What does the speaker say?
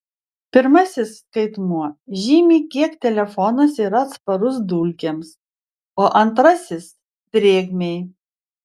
pirmasis skaitmuo žymi kiek telefonas yra atsparus dulkėms o antrasis drėgmei